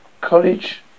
college